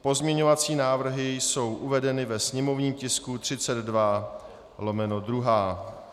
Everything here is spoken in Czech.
Pozměňovací návrhy jsou uvedeny ve sněmovním tisku 32/2.